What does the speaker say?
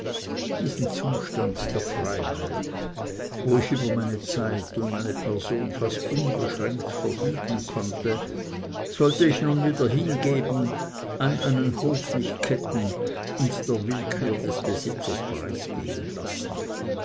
diesen zustand der freiheit wo ich über meine zeit und meine person fast unbeschränkt verfügen konnte sollte ich nun wieder hingeben an einen hof mich ketten und der willkür des besitzers preisgeben lassen